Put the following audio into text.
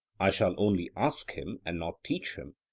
i shall only ask him, and not teach him,